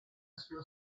sua